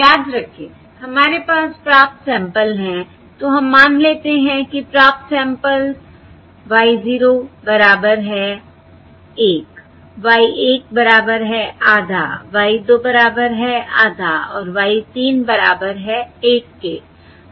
याद रखें हमारे पास प्राप्त सैंपल्स हैं तो हम मान लेते हैं कि प्राप्त सैंपल्स y 0 बराबर है 1 y 1 बराबर है आधा y 2 बराबर है आधा और y 3 बराबर है 1 के